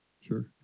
sure